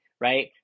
right